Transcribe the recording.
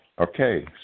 Okay